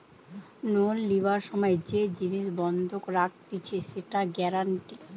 loan লিবার সময় যে জিনিস বন্ধক রাখতিছে সেটা গ্যারান্টি